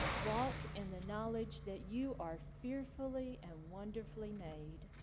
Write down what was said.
walk in the knowledge that you are fearfully and wonderfully made.